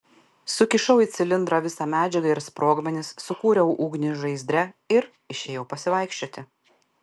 sukišau į cilindrą visą medžiagą ir sprogmenis sukūriau ugnį žaizdre ir išėjau pasivaikščioti